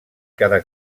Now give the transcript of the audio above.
cada